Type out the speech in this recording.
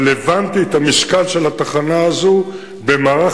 אבל הבנתי את המשקל של התחנה הזו במערך